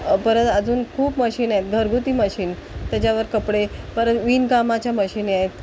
परत अजून खूप मशीन आहेत घरगुती मशीन त्याच्यावर कपडे परत विणकामाच्या मशीनी आहेत